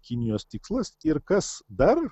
kinijos tikslas ir kas dar